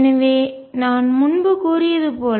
எனவே நான் முன்பு கூறியது போல